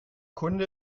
kunde